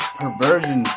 perversion